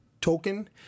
token